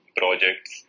projects